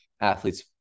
athletes